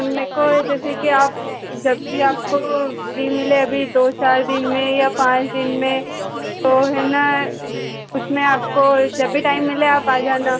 मेरे को ये जैसे कि आप जब भी आपको फ़्री मिले अभी दो चार दिन में या पाँच दिन में तो है न उसमें आपको जब भी टाइम मिले आप आ जाना